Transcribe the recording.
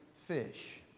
fish